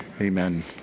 Amen